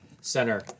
center